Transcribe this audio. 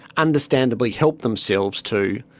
understandably helped themselves to,